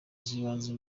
z’ibanze